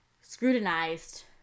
scrutinized